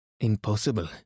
Impossible